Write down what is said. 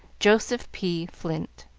joseph p. flint